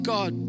God